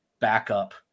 backup